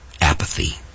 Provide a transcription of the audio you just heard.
Apathy